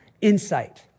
insight